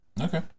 Okay